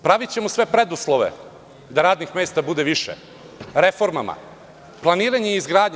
Pravićemo sve preduslove da radnih mesta bude više, reformama, planiranjem izgradnje.